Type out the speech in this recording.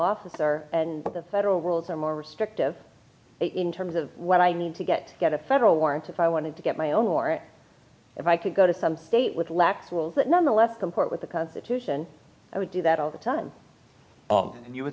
officer and the federal rules are more restrictive in terms of what i need to get get a federal warrant if i wanted to get my own warrant if i could go to some faith with lax will that nonetheless comport with the constitution i would do that all the time and you would